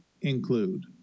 include